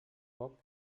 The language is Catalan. foc